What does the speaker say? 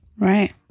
right